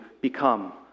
become